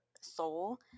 soul